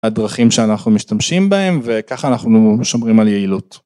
הדרכים שאנחנו משתמשים בהם וככה אנחנו שומרים על יעילות.